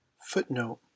Footnote